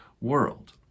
world